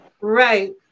right